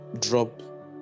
drop